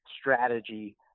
strategy